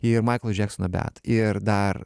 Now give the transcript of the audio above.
ir maiklo džeksono bet ir dar